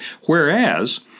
Whereas